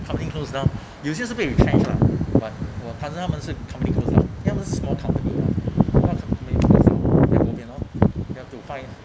company closed down 有些事被 retrench ah but 我看他们是 company closed down 吊问是 small company lah a lot of company close down like 不便 orh then have to find